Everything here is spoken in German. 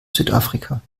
südafrika